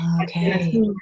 Okay